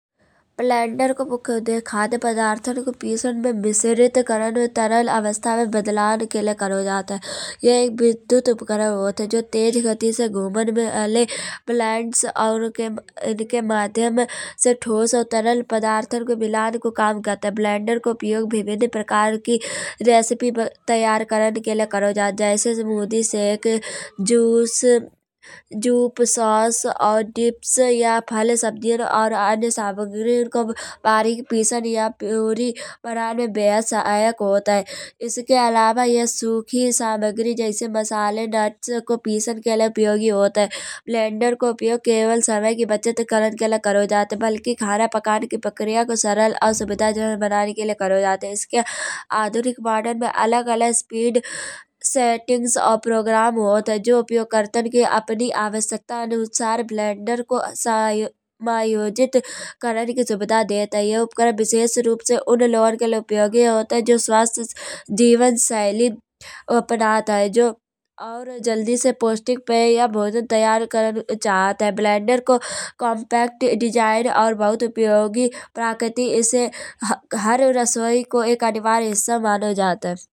ब्लेंडर को मुख्य उद्देश्य खाद्य पदार्थन को पीसन में मिश्रित करण तरल अवस्था में बद्लान के लये करो जात है। यह एक विद्युत उपकरण होत है। जो तेज गति से घूमन में आये प्लांट्स और इनके माध्यम से ठोस और तरल पदार्थन को मिलान को काम करात है। ब्लेंडर को उपयोग विभिन्न प्रकार की रेसिपी तैयार करण के लये करो जात है। जैसे smoothie shake juice soup sauce और डिप्स या फल सब्जियन और अन्य सामग्रीयन को बारीक पीसन या पुरी बनान में बेहद सहायक होत है। इसके अलावा यह सूखी सामग्री जैसे मसाले नट्स को पीसन के लिये उपयोगी होत है। ब्लेंडर को उपयोग केवल समय की बचत करण के लये करो जात है। बल्कि खाना पचान की प्रक्रिया को सरल और सुविधाजनक बनान के लये करो जात है। इसके आधुनिक मॉडल में अलग अलग स्पीड सेटिंग्स और प्रोग्राम होत है। जो उपयोग करतन की अपनी आवश्यकता अनुसार ब्लेंडर को समायोजित अरन की सुविधा देते है। यो उपकरण विशेष रूप से उन लोगन के लये उपयोगी होत है। जो स्वास्थ्य जीवन शैली अपनात है। जो और जल्दी से पोष्तिक पे या भोजन तैयार करण चहत है। ब्लेंडर कॉम्पैक्ट डिज़ाइन और बहुत उपयोगी प्रकृति इस हर रसोई को एक अनिवार्य हिस्सा मानो जात है।